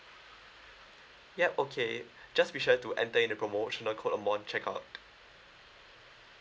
ya okay just be sure to enter in the promotional code upon checkout